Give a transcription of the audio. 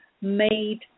made